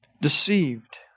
deceived